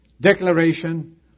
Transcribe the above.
declaration